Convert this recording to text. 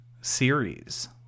series